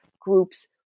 groups